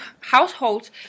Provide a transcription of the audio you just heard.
households